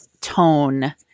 tone